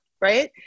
right